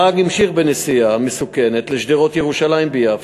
הנהג המשיך בנסיעה המסוכנת לשדרות-ירושלים ביפו,